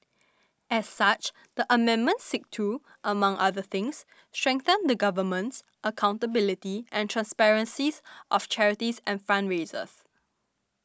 as such the amendments seek to among other things strengthen the governance accountability and transparency of charities and fundraisers